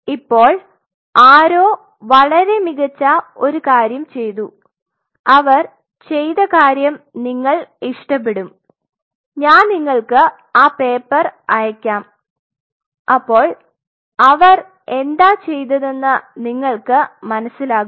ഇപ്പോൾ ആരോ വളരെ മികച്ച ഒരു കാര്യം ചെയ്തു അവർ ചെയ്ത കാര്യം നിങ്ങൾ ഇഷ്ടപ്പെടും ഞാൻ നിങ്ങൾക്ക് ആ പേപ്പർ അയക്കാം അപ്പോൾ അവർ എന്താ ചെയ്തെന്ന് നീങ്ങൾക് മനസിലാകും